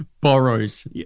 Borrows